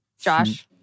Josh